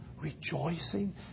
Rejoicing